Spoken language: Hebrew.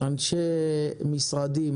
אנשי משרדים,